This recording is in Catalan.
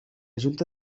junta